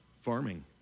farming